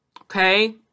Okay